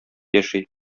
яши